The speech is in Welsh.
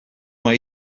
mai